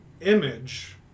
image